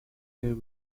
there